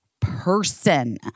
person